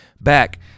back